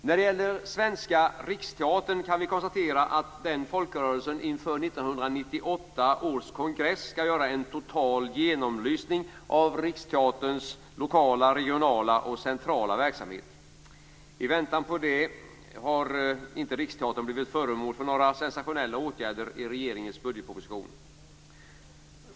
När det gäller Svenska Riksteatern kan vi konstatera att den folkrörelsen inför 1998 års kongress skall göra en total genomlysning av Riksteaterns lokala, regionala och centrala verksamhet. I väntan på det har Riksteatern inte blivit föremål för några sensationella åtgärder i regeringens budgetproposition.